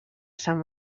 sant